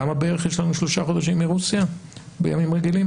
כמה בערך יש לנו מרוסיה בשלושה חודשים בימים רגילים?